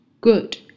good